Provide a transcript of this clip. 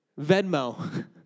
Venmo